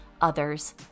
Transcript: others